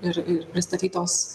ir ir pristatytos